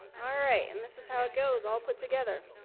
are. all right, and this is how it goes all put together.